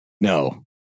No